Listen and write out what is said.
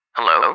Hello